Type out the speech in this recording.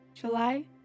July